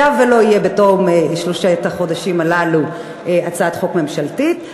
היה ולא תהיה בתום שלושת החודשים הללו הצעת חוק ממשלתית,